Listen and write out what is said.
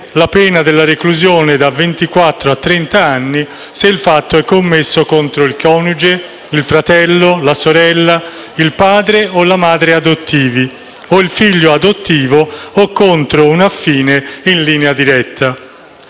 la pena della reclusione da ventiquattro a trent'anni se il fatto è commesso contro il coniuge, il fratello o la sorella, il padre o la madre adottivi, o il figlio adottivo, o contro un affine in linea retta.